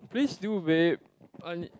please do babe I nee~